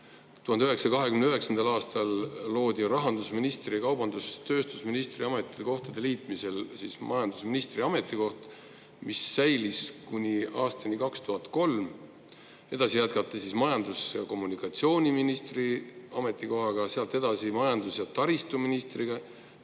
1929. aastal loodi rahandusministri ning kaubandus- ja tööstusministri ametikohtade liitmisel majandusministri ametikoht, mis säilis kuni aastani 2003. Edasi jätkati majandus- ja kommunikatsiooniministri ametikohaga, sealt edasi majandus- ja taristuministri